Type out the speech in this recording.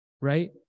right